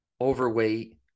overweight